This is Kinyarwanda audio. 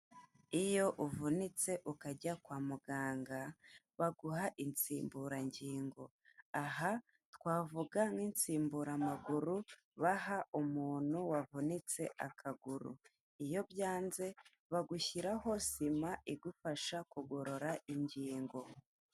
Iyo uvunitse ukajya kwa muganga baguha insimburangingo, aha twavuga nk'insimburamaguru baha umuntu wavunitse akaguru, iyo byanze bagushyiraho sima igufasha kugorora ingingo.